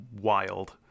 wild